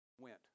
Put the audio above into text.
went